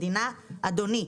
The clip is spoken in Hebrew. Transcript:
אדוני,